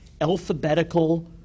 alphabetical